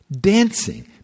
Dancing